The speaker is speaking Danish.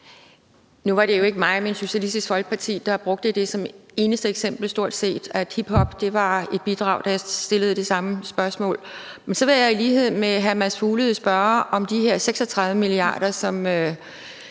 Nu var det jo ikke mig, men Socialistisk Folkeparti, der brugte det som eneste eksempel stort set, at hiphop var et bidrag, da jeg stillede det samme spørgsmål til dem. Men så vil jeg i lighed med hr. Mads Fuglede spørge om de her 36 mia. kr., som